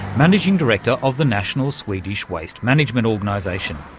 managing director of the national swedish waste management organisation.